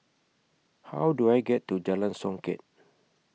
How Do I get to Jalan Songket